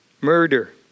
murder